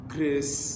Grace